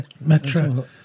Metro